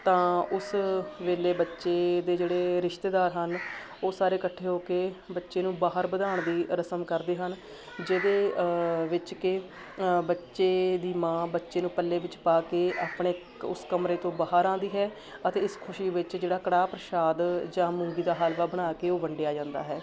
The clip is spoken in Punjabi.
ਤਾਂ ਉਸ ਵੇਲੇ ਬੱਚੇ ਦੇ ਜਿਹੜੇ ਰਿਸ਼ਤੇਦਾਰ ਹਨ ਉਹ ਸਾਰੇ ਇਕੱਠੇ ਹੋ ਕੇ ਬੱਚੇ ਨੂੰ ਬਾਹਰ ਵਧਾਉਣ ਦੀ ਰਸਮ ਕਰਦੇ ਹਨ ਜਿਹਦੇ ਵਿੱਚ ਕਿ ਬੱਚੇ ਦੀ ਮਾਂ ਬੱਚੇ ਨੂੰ ਪੱਲੇ ਵਿੱਚ ਪਾ ਕੇ ਆਪਣੇ ਉਸ ਕਮਰੇ ਤੋਂ ਬਾਹਰ ਆਉਂਦੀ ਹੈ ਅਤੇ ਇਸ ਖੁਸ਼ੀ ਵਿੱਚ ਜਿਹੜਾ ਕੜਾਹ ਪ੍ਰਸ਼ਾਦ ਜਾਂ ਮੂੰਗੀ ਦਾ ਹਲਵਾ ਬਣਾ ਕੇ ਉਹ ਵੰਡਿਆ ਜਾਂਦਾ ਹੈ